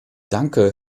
danke